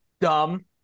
Dumb